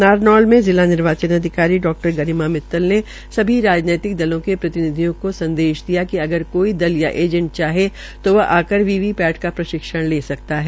नारनौल में जिला निर्वाचन अधिकारी डा गरिमा मित्तल ने सभी राजनैतिक दलों के प्रतिनिधियों को आदेश दिया कि अबर कोई दल या एजेंट चाहे तो वह आकर वी वी पैट पर प्रशिक्षण ले सकता है